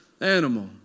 animal